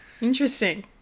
Interesting